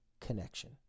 connection